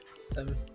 Seven